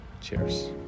Cheers